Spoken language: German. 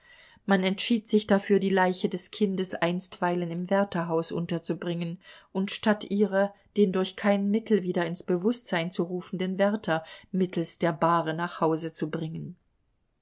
man entschied sich dafür die leiche des kindes einstweilen im wärterhaus unterzubringen und statt ihrer den durch kein mittel wieder ins bewußtsein zu rufenden wärter mittelst der bahre nach hause zu bringen